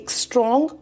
strong